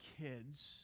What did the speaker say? kids